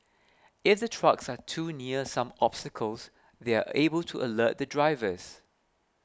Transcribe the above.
if the trucks are too near some obstacles they are able to alert the drivers